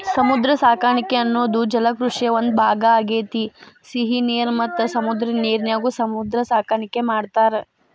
ಸಮುದ್ರ ಸಾಕಾಣಿಕೆ ಅನ್ನೋದು ಜಲಕೃಷಿಯ ಒಂದ್ ಭಾಗ ಆಗೇತಿ, ಸಿಹಿ ನೇರ ಮತ್ತ ಸಮುದ್ರದ ನೇರಿನ್ಯಾಗು ಸಮುದ್ರ ಸಾಕಾಣಿಕೆ ಮಾಡ್ತಾರ